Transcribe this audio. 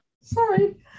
Sorry